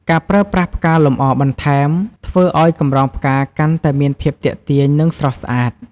ការប្រើប្រាស់ផ្កាលម្អបន្ថែម ធ្វើឲ្យកម្រងផ្កាកាន់តែមានភាពទាក់ទាញ និងស្រស់ស្អាត។